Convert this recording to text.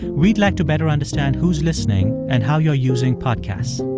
we'd like to better understand who's listening and how you're using podcasts.